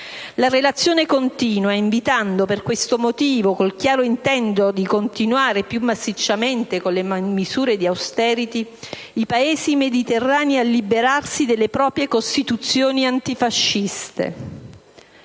La relazione continua invitando per questo motivo, con il chiaro intento di continuare più massicciamente con le misure di *austerity,* i Paesi mediterranei a liberarsi delle proprie Costituzioni antifasciste.